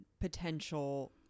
potential